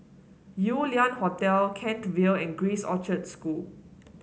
Yew Lian Hotel Kent Vale and Grace Orchard School